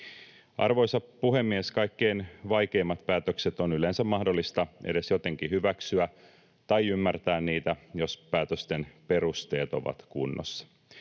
Arvoisa puhemies! Kaikkein vaikeimmat päätökset on yleensä mahdollista edes jotenkin hyväksyä tai ymmärtää, jos päätösten perusteet ovat kunnossa.